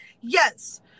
Yes